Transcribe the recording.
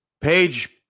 Page